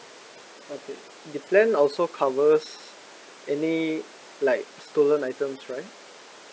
okay the plan also covers any like stolen items right